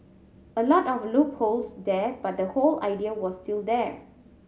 a lot of loopholes there but the whole idea was still there